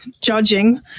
judging